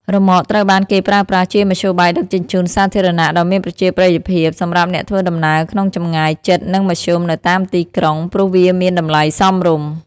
រ៉ឺម៉កត្រូវបានគេប្រើប្រាស់ជាមធ្យោបាយដឹកជញ្ជូនសាធារណៈដ៏មានប្រជាប្រិយភាពសម្រាប់អ្នកធ្វើដំណើរក្នុងចម្ងាយជិតនិងមធ្យមនៅតាមទីក្រុងព្រោះវាមានតម្លៃសមរម្យ។